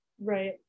Right